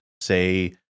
say